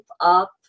up